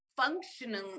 functioning